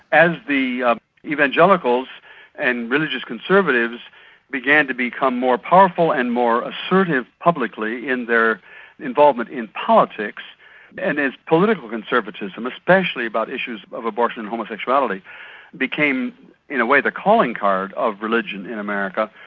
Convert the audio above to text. as the ah evangelicals and religious conservatives began to become more powerful and more assertive publicly in their involvement in politics and as political conservatism, especially about issues of abortion and homosexuality became in a way the calling card of religion in america,